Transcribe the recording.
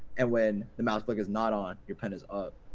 and when the mouse click is not on, your pen is up.